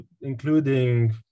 including